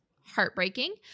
heartbreaking